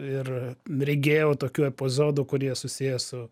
ir regėjau tokių epozodų kurie susiję su